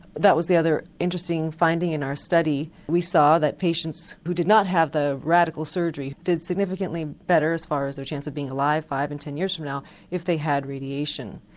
that was the other interesting finding in our study, we saw that patients who did not have the radical surgery did significantly better as far as their chance of being alive five and ten years from now if they had radiation.